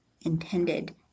intended